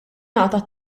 ngħata